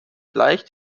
leicht